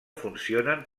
funcionen